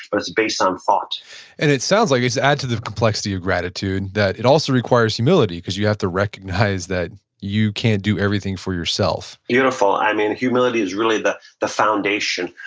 but it's based on thought and it sounds like it adds to the complexity of gratitude that it also requires humility because you have to recognize that you can't do everything for yourself beautiful. i mean humility is really the the foundation,